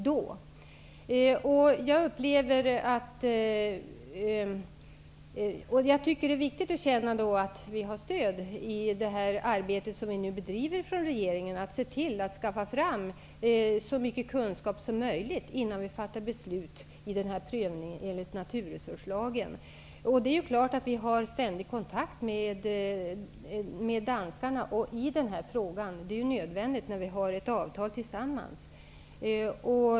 Det är viktigt att känna att regeringen har stöd i det arbete som bedrivs, nämligen att skaffa fram så mycket kunskap som möjligt vid prövningen enligt naturresurslagen, innan beslut fattas. Självfallet har vi ständig kontakt med danskarna i denna fråga, vilket är nödvändigt eftersom vi har ett avtal tillsammans.